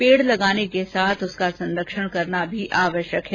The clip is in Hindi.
पेड़ लगाने के साथ उसका संरक्षण करना भी आवश्यक है